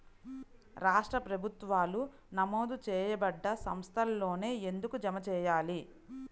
రాష్ట్ర ప్రభుత్వాలు నమోదు చేయబడ్డ సంస్థలలోనే ఎందుకు జమ చెయ్యాలి?